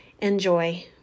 Enjoy